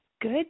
Good